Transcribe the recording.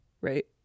right